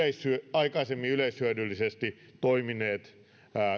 aikaisemmin yleishyödyllisesti toimineet